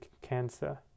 cancer